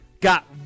got